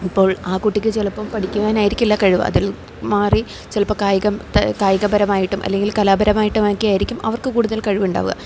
ഇപ്പോൾ ആ കുട്ടിക്ക് ചിലപ്പോള് പഠിക്കുവാനായിരിക്കില്ല കഴിവ് അതിൽ മാറി ചിലപ്പോള് കായികം കായികപരമായിട്ടും അല്ലെങ്കിൽ കലാപരമായിട്ടും ഒക്കെയായിരിക്കും അവർക്കു കൂടുതൽ കഴിവുണ്ടാവുക